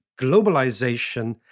globalization